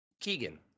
Keegan